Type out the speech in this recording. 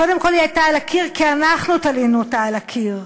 קודם כול היא הייתה על הקיר כי אנחנו תלינו אותה על הקיר.